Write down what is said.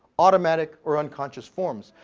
automatic or unconscious forms.